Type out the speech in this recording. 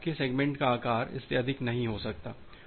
तो आपके सेगमेंट का आकार इससे अधिक नहीं हो सकता है